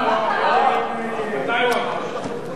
אלקין, אמרת שאתה בעד ההסתייגות של מולה.